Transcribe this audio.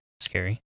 scary